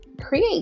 create